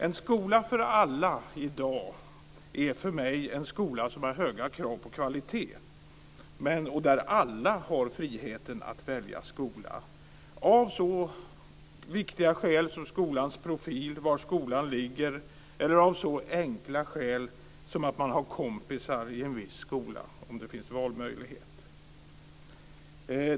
En skola för alla i dag är för mig en skola som har höga krav på kvalitet och där alla har friheten att välja skola - av så viktiga skäl som skolans profil och var skolan ligger, eller av så enkla skäl som att man har kompisar i en viss skola.